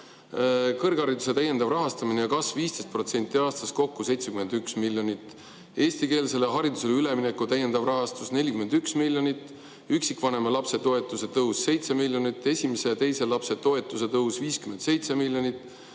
kõrghariduse täiendav rahastamine ja kasv 15% aastas – kokku 71 miljonit; eestikeelsele haridusele ülemineku täiendav rahastus – 41 miljonit; üksikvanema lapse toetuse tõus – 7 miljonit; esimese ja teise lapse toetuse tõus – 57 miljonit;